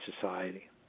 society